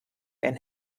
and